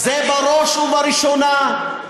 בראש ובראשונה,